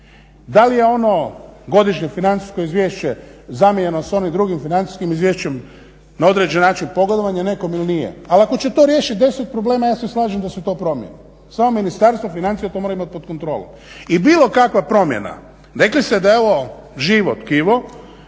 Da li je ono godišnje financijsko izvješće zamijenjeno s onim drugim financijskim izvješćem na određen način pogodovanje nekom il nije. Ali ako će to riješit 10 problema ja se slažem da su to promjene, samo Ministarstvo financija to mora imat pod kontrolom. I bilo kakva promjena, rekli ste da je ovo živo tkivo